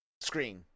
screen